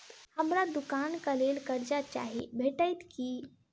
हमरा दुकानक लेल कर्जा चाहि भेटइत की?